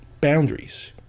boundaries